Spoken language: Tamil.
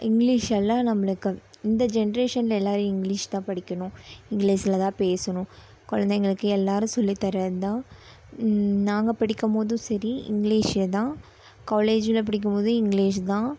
இங்கிலீஷெல்லாம் நம்மளுக்கு இந்த ஜென்ரேஷனில் எல்லாேரும் இங்கிலீஷ் தான் படிக்கணும் இங்கிலீஷில்தான் பேசணும் குழந்தைகளுக்கு எல்லாேரும் சொல்லி தர்றதுதான் நாங்கள் படிக்கும்போதும் சரி இங்கிலீஷில்தான் காலேஜ்ஜில் படிக்கும்போதும் இங்கிலீஷ் தான்